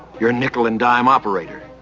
you're nickel-and-dime operator.